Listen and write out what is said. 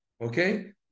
Okay